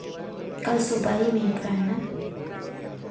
कल सुबह ही मेरी ट्रेन है